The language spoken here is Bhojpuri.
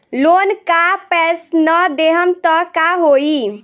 लोन का पैस न देहम त का होई?